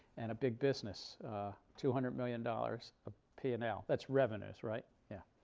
and a big business two hundred million dollars ah p and l. that's revenues, right? yeah.